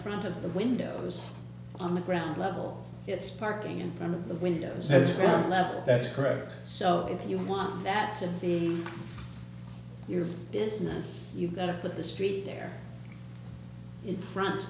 front of the windows on the ground level it's parking in front of the windows has been level that's correct so if you want that to be your business you've got up at the street there in front